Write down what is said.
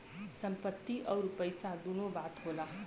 संपत्ति अउर पइसा दुन्नो बात होला